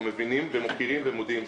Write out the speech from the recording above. אנחנו מבינים ומוקירים ומודים.